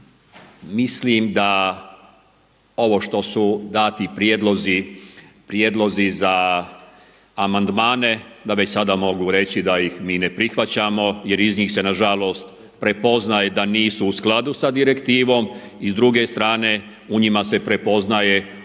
mislim da ovo što su dani prijedlozi za amandmane da već sada mogu reći da ih mi ne prihvaćamo jer iz njih se nažalost prepoznaje da nisu u skladu sa direktivom i s druge strane u njima se prepoznaje određeno